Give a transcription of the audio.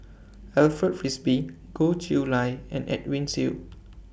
Alfred Frisby Goh Chiew Lye and Edwin Siew